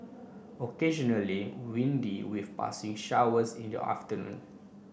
occasionally Windy with passing showers in the afternoon